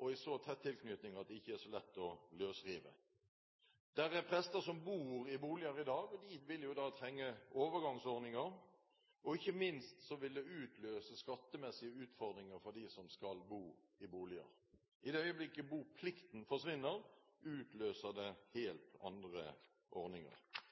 og i så tett tilknytning at det ikke er så lett å løsrive dem. Det er prester som bor i boliger i dag, og de vil jo da trenge overgangsordninger. Ikke minst vil det utløse skattemessige utfordringer for dem som skal bo i boliger. I det øyeblikket boplikten forsvinner, utløser det helt andre ordninger.